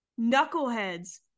knuckleheads